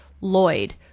Lloyd